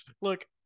Look